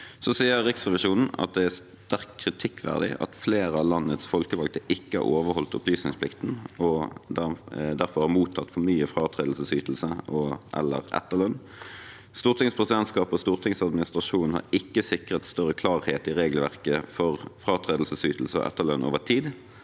Riksrevisjonen videre at det sterkt kritikkverdig at – flere av landets folkevalgte ikke har overholdt opplysningsplikten og derfor har mottatt for mye fratredelsesytelse og/eller etterlønn – Stortingets presidentskap og Stortingets administrasjon ikke har sikret større klarhet i regelverket for fratredelsesytelse og etterlønn over tid